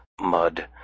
mud